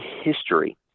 history